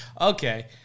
Okay